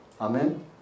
Amen